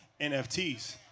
NFTs